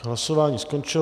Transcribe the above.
Hlasování skončilo.